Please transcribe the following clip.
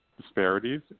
disparities